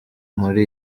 muri